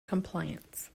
compliance